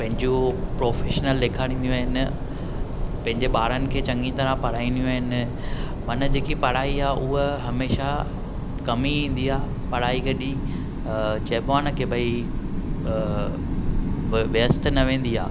पंहिंजो प्रोफेशन ॾेखारींदियूं आहिनि पंहिंजे ॿारनि खे चङी तरह पढ़ाईंदियूं आहिनि मन जेकी पढ़ाई आहे उहा हमेशह कमु ई इंदी आहे पढ़ाई कॾहिं चईबो आ्हे न कि भई व्यस्त न वेंदी आहे